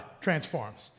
transforms